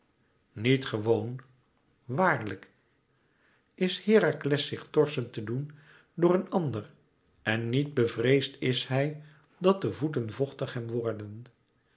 niet gewoon waarlijk is herakles zich torsen te doen door een ander en niet bevreesd is hij dat de voeten vochtig hem worden